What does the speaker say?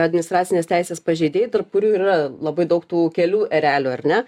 administracinės teisės pažeidėjai tarp kurių yra labai daug tų kelių erelių ar ne